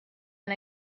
and